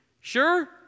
Sure